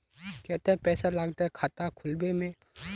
केते पैसा लगते खाता खुलबे में?